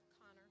Connor